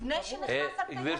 לפני שנכנס הטכוגרף?